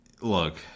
Look